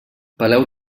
peleu